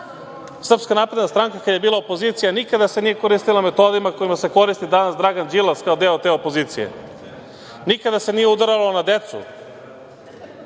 napredna stranka kada je bila opozicija nikada se nije koristila metodima kojima se koristi danas Dragan Đilas kao deo te opozicije. Nikada se nije udaralo na decu.